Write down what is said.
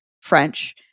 French